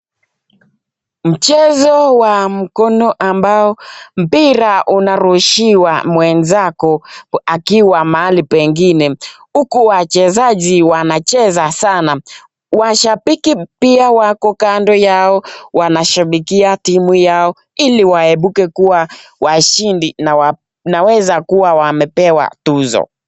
Mchezo wa mkono ambao mpira unarushiwa mwenzako akiwa mahali pengine .Huku wachezaji wanacheza sana. Washabiki pia wako kando yao wanashabikia timu yao ili waepuke kuwa washindi na wanaweza kuwa wamepewa tuzo.